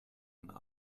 and